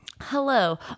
Hello